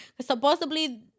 Supposedly